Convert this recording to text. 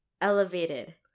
elevated